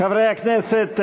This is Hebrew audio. חברי הכנסת,